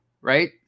right